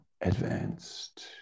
advanced